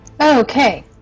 Okay